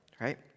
right